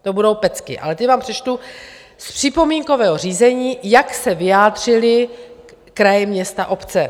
To budou pecky, ale ty vám přečtu z připomínkového řízení, jak se vyjádřily kraje, města, obce.